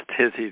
Tizzy